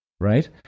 right